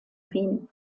wien